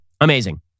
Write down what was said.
Amazing